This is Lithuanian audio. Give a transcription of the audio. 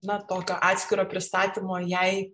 na tokio atskiro pristatymo jai